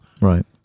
Right